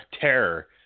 terror